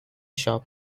shop